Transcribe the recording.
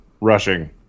rushing